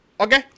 okay